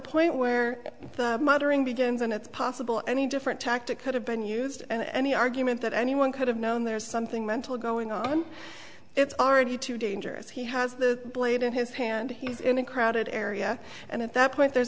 point where muttering begins and it's possible any different tactic could have been used and the argument that anyone could have known there's something mentally going on it's already too dangerous he has the blade in his hand he's in a crowded area and at that point there's